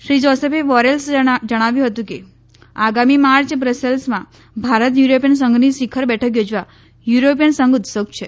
Shri Joseph બોરેલ્સે જણાવ્યું હતું કે આગામી માર્ચમાં બ્રસેલ્સમાં ભારત યુરોપીયન સંઘની શિખર બેઠક યોજવા યુરોપીયન સંઘ ઉત્સુક છે